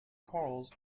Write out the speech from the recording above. corals